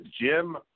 Jim